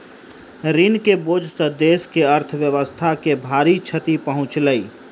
ऋण के बोझ सॅ देस के अर्थव्यवस्था के भारी क्षति पहुँचलै